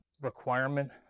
requirement